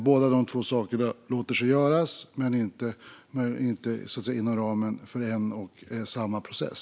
Båda sakerna låter sig göras men inte inom ramen för en och samma process.